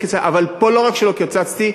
אבל פה לא רק שלא קיצצתי,